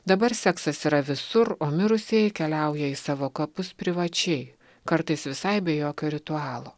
dabar seksas yra visur o mirusieji keliauja į savo kapus privačiai kartais visai be jokio ritualo